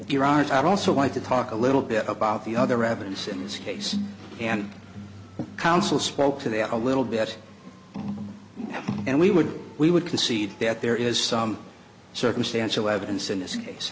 art i also wanted to talk a little bit about the other evidence in this case and counsel spoke to that a little bit and we would we would concede that there is some circumstantial evidence in this case